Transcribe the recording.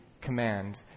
command